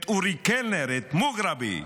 את אורי קלנר, את מוגרבי,